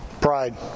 Pride